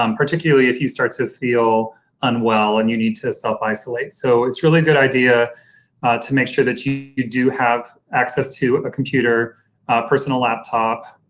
um particularly if you start to feel unwell and you need to self isolate. so it's really a good idea to make sure that you you do have access to a computer personal laptop,